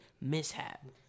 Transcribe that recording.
mishap